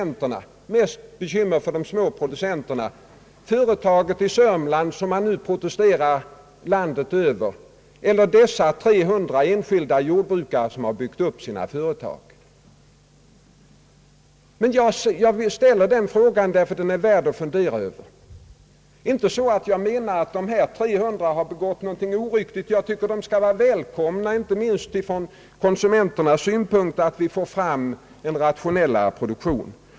Vem har i så fall vållat mest bekymmer för de små producenterna — företaget i Södermanland som man nu protesterar mot landet över, eller de några hundra enskilda jordbrukare som har byggt upp sina företag? Jag ställer den frågan därför att den är värd att fundera över. Jag menar inte att dessa 300 har begått något oriktigt. Jag tycker att det bör vara välkommet, inte minst från konsumenternas synpunkt, att vi får en rationellare produktion.